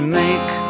make